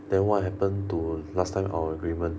then what happen to last time our agreement